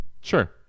Sure